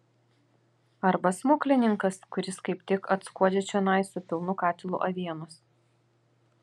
arba smuklininkas kuris kaip tik atskuodžia čionai su pilnu katilu avienos